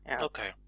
Okay